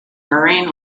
marine